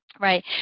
right